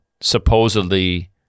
supposedly